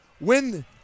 Win